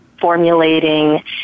formulating